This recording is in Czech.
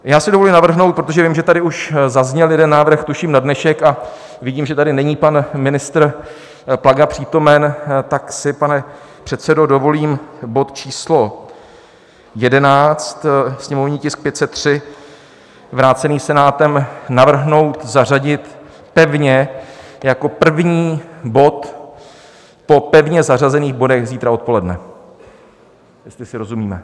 Já si dovolím navrhnout, protože vím, že tady už zazněl jeden návrh, tuším na dnešek, a vidím, že tady není pan ministr Plaga přítomen, tak si, pane předsedo, dovolím bod číslo 11, sněmovní tisk 503 vrácený Senátem, navrhnout zařadit pevně jako první bod po pevně zařazených bodech zítra odpoledne, jestli si rozumíme.